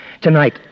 Tonight